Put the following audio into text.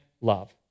love